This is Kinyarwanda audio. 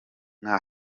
nka